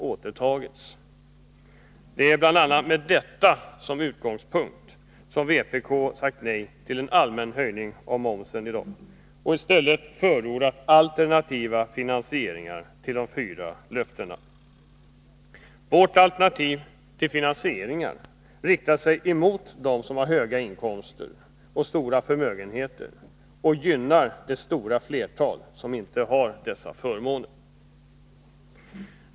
Det är med bl.a. detta som utgångspunkt som vpk sagt nej till en allmän höjning av momsen och i stället förordat alternativa finansieringar till de fyra vallöftena. Vårt alternativ till finansiering riktar sig emot dem som har höga inkomster och stora förmögenheter och gynnar det stora flertal som inte har dessa förmåner.